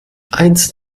einst